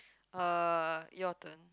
uh your turn